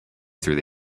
through